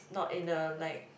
not in a like